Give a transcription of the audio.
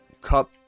Cup